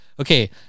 Okay